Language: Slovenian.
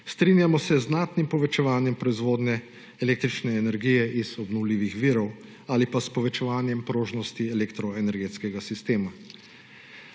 Strinjamo se z znatnim povečevanjem proizvodnje električne energije iz obnovljivih virov ali pa s povečevanjem prožnosti elektroenergetskega sistema.